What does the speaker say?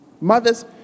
Mothers